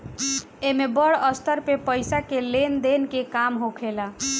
एमे बड़ स्तर पे पईसा के लेन देन के काम होखेला